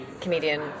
comedian